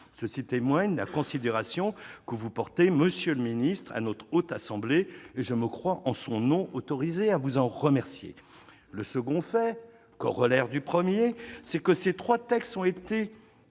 Cela témoigne de la considération que vous portez, monsieur le ministre, à notre Haute Assemblée. Je me crois autorisé à vous en remercier en son nom. Le second fait, corollaire du premier, est que ces trois textes ont été